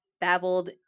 babbled